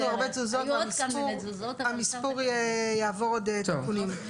המספור יעבור עוד תיקונים.